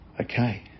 Okay